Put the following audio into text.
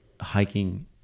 hiking